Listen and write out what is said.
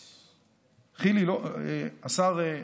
חילי, השר,